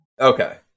Okay